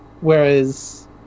Whereas